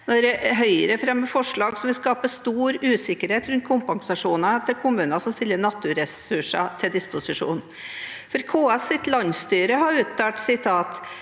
når Høyre fremmer forslag som vil skape stor usikkerhet rundt kompensasjoner til kommuner som stiller naturressurser til disposisjon. Landsstyret til KS har uttalt: